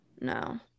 no